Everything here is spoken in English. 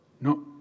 No